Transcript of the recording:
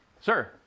Sir